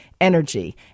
energy